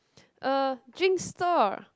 uh drinks store